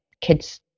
kids